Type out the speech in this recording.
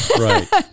Right